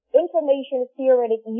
information-theoretic